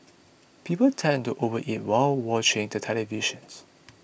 people tend to overeat while watching the televisions